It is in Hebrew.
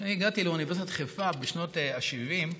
כשאני הגעתי לאוניברסיטת חיפה בשנות ה-70,